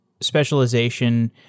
specialization